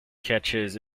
catches